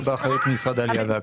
הם השאירו מאחוריהם את הכול.